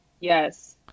Yes